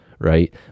right